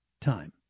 time